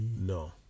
No